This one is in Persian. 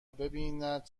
ببیند